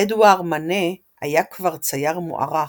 אדואר מנה היה כבר צייר מוערך,